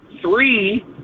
three